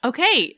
Okay